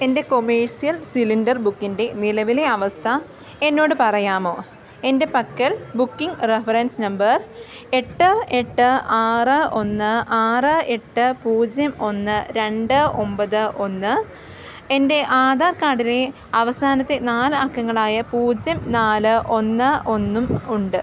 എൻ്റെ commercial cylinder ബുക്കിൻ്റെ നിലവിലെ അവസ്ഥ എന്നോട് പറയാമോ എൻ്റെ പക്കൽ ബുക്കിംഗ് റഫറൻസ് നമ്പർ എട്ട് എട്ട് ആറ് ഒന്ന് ആറ് എട്ട് പൂജ്യം ഒന്ന് രണ്ട് ഒമ്പത് ഒന്ന് എൻ്റെ ആധാർ കാർഡിലെ അവസാനത്തെ നാല് അക്കങ്ങളായ പൂജ്യം നാല് ഒന്ന് ഒന്നും ഉണ്ട്